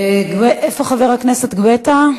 איפה חבר הכנסת גואטה?